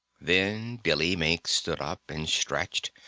then billy mink stood up and stretched.